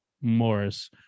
Morris